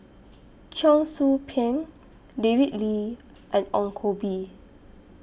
Cheong Soo Pieng David Lee and Ong Koh Bee